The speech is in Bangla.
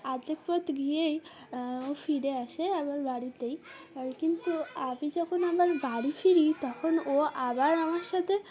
আধেক পথ গিয়েই ও ফিরে আসে আবার বাড়িতেই কিন্তু আমি যখন আবার বাড়ি ফিরি তখন ও আবার আমার সাথে